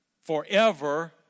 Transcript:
forever